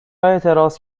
اعتراض